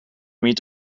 meet